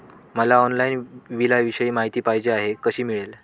मला ऑनलाईन बिलाविषयी माहिती पाहिजे आहे, कशी मिळेल?